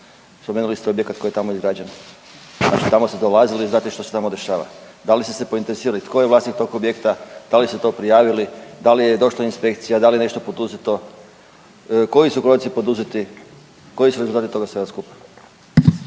spomenuli ste objekat koji je tamo izgrađen, znači tamo ste dolazili i znate što se tamo dešava, da li ste se pointeresirali tko je vlasnik tog objekta, da li ste to prijavili, da li je došla inspekcija, da li je nešto poduzeto, koji su koraci poduzeti, koji su rezultati toga svega skupa?